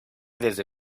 desde